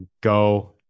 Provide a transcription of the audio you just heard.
Go